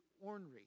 ornery